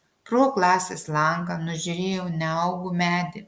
pro klasės langą nužiūrėjau neaugų medį